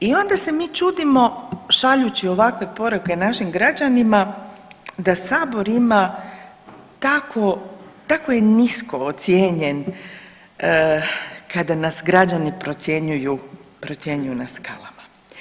I onda se mi čudimo šaljući ovakve poruke našim građanima da Sabor ima tako je nismo ocijenjen kada nas građani procjenjuju na skalama.